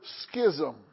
schism